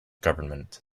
government